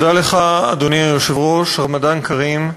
תודה לך, אדוני היושב-ראש, רמדאן כרים.